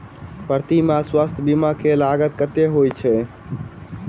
प्रति माह स्वास्थ्य बीमा केँ लागत केतना होइ है?